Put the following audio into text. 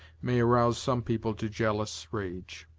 may arouse some people to jealous rage.